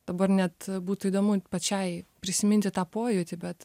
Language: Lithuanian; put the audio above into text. dabar net būtų įdomu pačiai prisiminti tą pojūtį bet